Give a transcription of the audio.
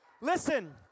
Listen